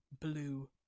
blue